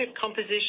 composition